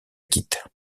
quitte